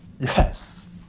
yes